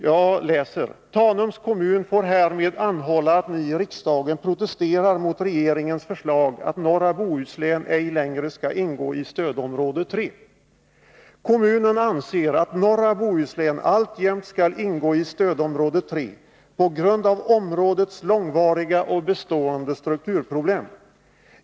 Brevet lyder: ”Tanums kommun får härmed anhålla att Ni i riksdagen protesterar mot regeringens förslag att Norra Bohuslän ej längre skall ingå i stödområde 3 Kommunen anser att Norra Bohuslän alltjämt skall ingå i stödområde 3 på grund av områdets långvariga och bestående strukturproblem.